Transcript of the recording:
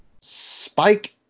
Spike